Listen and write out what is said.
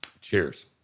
Cheers